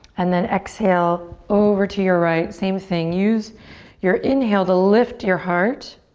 and then exhale over to your right, same thing. use your inhale to lift your heart